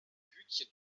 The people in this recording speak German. hütchen